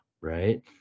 right